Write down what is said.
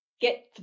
get